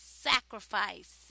sacrifice